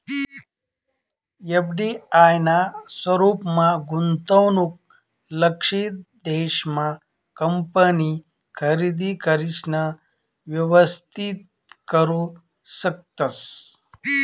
FDI ना स्वरूपमा गुंतवणूक लक्षयित देश मा कंपनी खरेदी करिसन व्यवस्थित करू शकतस